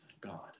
God